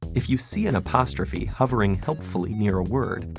if you see an apostrophe hovering helpfully near a word,